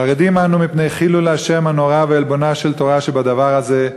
חרדים אנו מפני חילול השם הנורא ועלבונה של תורה שבדבר הזה.